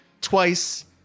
twice